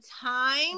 time